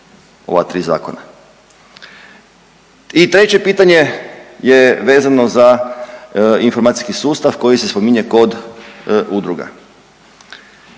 ova tri zakona? I treće pitanje je vezano za informacijski sustav koji se spominje kod udruga.